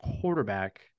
quarterback